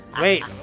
Wait